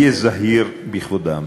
היה זהיר בכבודם.